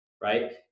Right